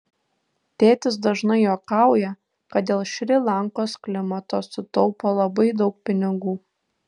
tėtis dažnai juokauja kad dėl šri lankos klimato sutaupo labai daug pinigų